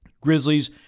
Grizzlies